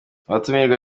abatumirwa